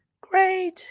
great